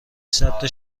صدتا